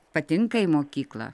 patinka į mokyklą